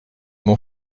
mon